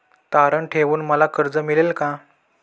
तारण ठेवून मला कर्ज मिळेल का?